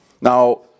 Now